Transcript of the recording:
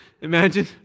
Imagine